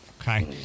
Okay